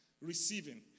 Receiving